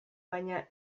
baina